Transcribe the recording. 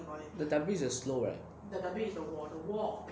the W is a slow right